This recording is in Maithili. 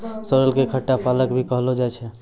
सोरेल कॅ खट्टा पालक भी कहलो जाय छै